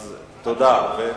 תודה, ומי,